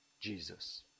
Jesus